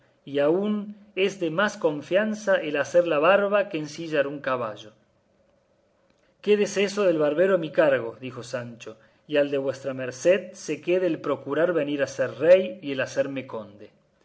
y aun es de más confianza el hacer la barba que ensillar un caballo quédese eso del barbero a mi cargo dijo sancho y al de vuestra merced se quede el procurar venir a ser rey y el hacerme conde